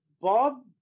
Bob